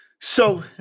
So-